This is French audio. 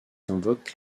invoquent